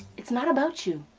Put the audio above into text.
it's not about you.